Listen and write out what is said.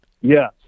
Yes